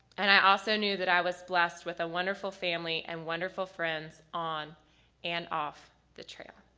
and i also knew that i was blessed with a wonderful family and wonderful friends on and off the trail.